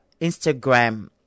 Instagram